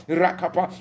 rakapa